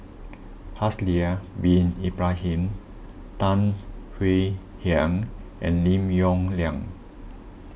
Haslir Bin Ibrahim Tan Swie Hian and Lim Yong Liang